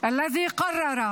להלן תרגומם: